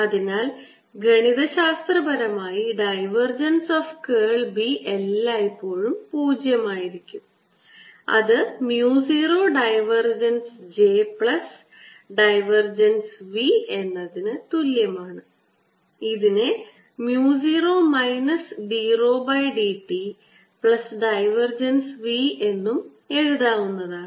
അതിനാൽ ഗണിതശാസ്ത്രപരമായി divergence of curl B എല്ലായ്പ്പോഴും 0 ആയിരിക്കും അത് mu 0 divergence j plus divergence v എന്നതിന് തുല്യമാണ് ഇതിനെ mu 0 minus d rho by dt plus divergence v എന്ന് എഴുതാവുന്നതാണ്